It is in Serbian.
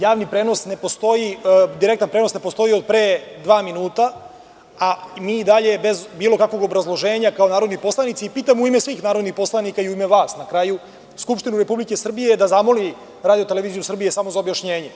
Javni prenos ne postoji, direktan prenos ne postoji od pre dva minuta, a mi i dalje bez bilo kakvog obrazloženja, kao narodni poslanici, pitam u ime svih narodnih poslanika, i u ime vas na kraju, Skupštinu Republike Srbije da zamoli RTS samo za objašnjenje.